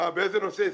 באיזה נושא הסכמתם?